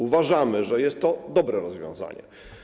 Uważamy, że jest to dobre rozwiązanie.